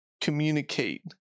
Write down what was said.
communicate